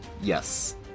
Yes